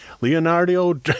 Leonardo